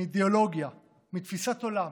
מאידיאולוגיה, מתפיסת עולם,